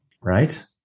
Right